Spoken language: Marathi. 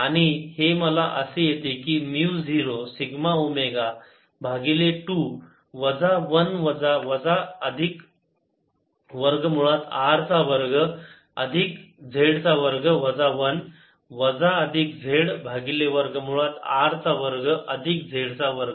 आणि हे मला असे येते की म्यु 0 सिग्मा ओमेगा भागिले 2 वजा 1 वजा वजा अधिक वर्ग मुळात R चा वर्ग अधिक z चा वर्ग वजा 1 वजा अधिक z भागिले वर्ग मुळात R चा वर्ग अधिक z चा वर्ग